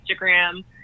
Instagram